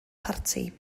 parti